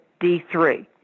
D3